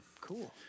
Cool